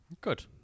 Good